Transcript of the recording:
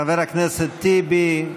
חבר הכנסת טיבי,